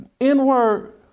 N-word